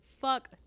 Fuck